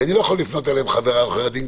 כי אני לא יכול לפנות אליהם "חבריי עורכי הדין",